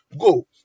go